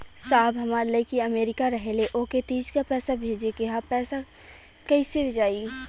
साहब हमार लईकी अमेरिका रहेले ओके तीज क पैसा भेजे के ह पैसा कईसे जाई?